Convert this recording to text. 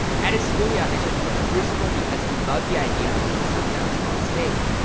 at his school he auditioned for the crucible because he loved the idea of being someone else on stage.